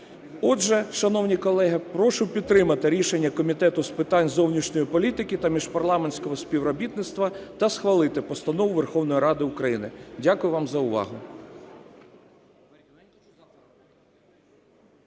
Отже, шановні колеги, прошу підтримати рішення Комітету з питань зовнішньої політики та міжпарламентського співробітництва та схвалити Постанову Верховної Ради України. Дякую вам за увагу.